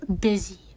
busy